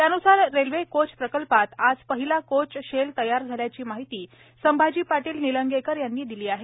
त्यानुसार railway coach प्रकल्पात आज पहिला कोच शेल तयार झाल्याची माहिती संभाजी पाटील निलंगेकर यांनी दिली आहे